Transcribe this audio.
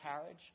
carriage